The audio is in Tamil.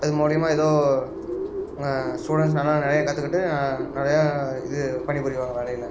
அது மூலிமா ஏதோ ஸ்டூடெண்ட்ஸ் நல்லா நிறையா கற்றுக்கிட்டு நிறையா இது பணிபுரிவாங்க வேலையில்